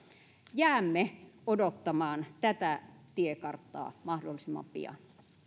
jäämme odottamaan tätä tiekarttaa mahdollisimman pian